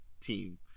team